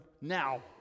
now